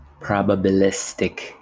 probabilistic